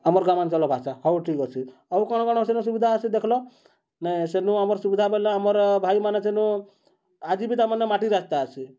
ଆମର୍ ଗ୍ରାମାଞ୍ଚଳ ଭାଷା ହଉ ଠିକ୍ ଅଛି ଆଉ କ'ଣ କ'ଣ ସେନୁ ସୁବିଧା ଅଛି ଦେଖିଲେ ସେନୁ ଆମର୍ ସୁବିଧା ହେଲେ ଆମର୍ ଭାଇମାନେ ସେନୁ ଆଜି ବି ତାମାନେ ମାଟି ରାସ୍ତା ଅଛେ